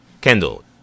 Kendall